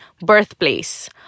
birthplace